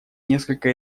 несколько